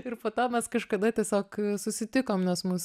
ir po to mes kažkada tiesiog susitikom nes mus